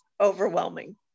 overwhelming